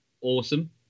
awesome